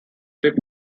tip